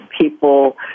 people